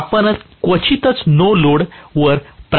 आपण क्वचितच no load वर प्रारंभ करणार आहे